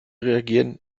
reagieren